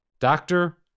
Doctor